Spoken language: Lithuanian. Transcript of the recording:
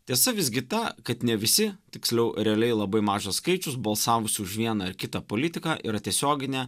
tiesa visgi ta kad ne visi tiksliau realiai labai mažas skaičius balsavusių už vieną ar kitą politiką yra tiesioginė